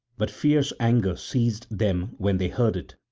but fierce anger seized them when they heard it,